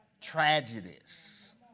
tragedies